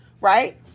Right